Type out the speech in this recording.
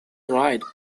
ride